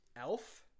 Elf